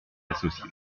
associés